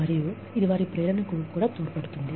మరియు ఇది వారి ప్రేరణకు కూడా తోడ్పడుతుంది